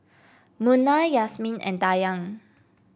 Munah Yasmin and Dayang